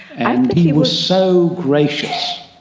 and he was so gracious.